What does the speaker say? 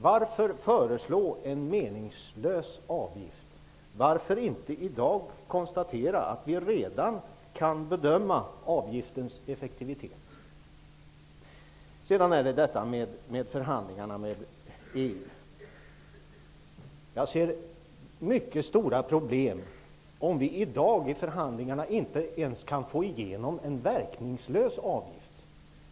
Varför föreslå en meningslös avgift? Varför inte i dag konstatera att vi redan kan bedöma avgiftens effektivitet? Sedan detta med förhandlingarna med EU. Jag ser mycket stora problem om vi i dag i förhandlingarna inte ens kan få igenom en verkningslös avgift.